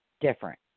different